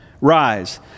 rise